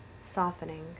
softening